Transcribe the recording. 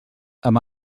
amb